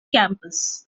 campus